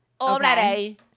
Already